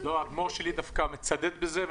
לא, האדמו"ר שלי דווקא מצדד בזה.